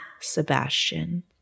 Sebastian